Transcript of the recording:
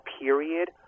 period